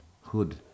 hood